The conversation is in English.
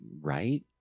right